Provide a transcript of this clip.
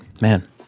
Man